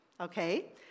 Okay